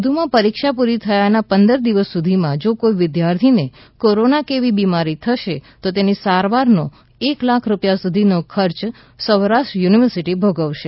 વધુમાં પરીક્ષા પૂરી થયાના પંદર દિવસ સુધીમાં જો કોઈ વિદ્યાર્થીને કોરોના કે એવી બીમારી થશે તો તેની સારવાર નો એક લાખ રૂપિયા સુધીનો ખર્ચ સૌરાષ્ટ્ર યુનિવર્સિટી ભોગવશે